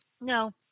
No